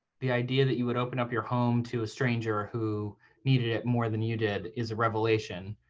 the idea that you would open up your home to a stranger who needed it more than you did is a revelation.